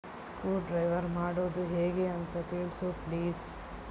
screwdriver ಮಾಡೋದು ಹೇಗೆ ಅಂತ ತಿಳಿಸು ಪ್ಲೀಸ್